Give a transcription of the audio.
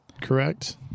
correct